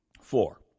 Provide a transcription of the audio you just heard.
Four